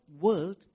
world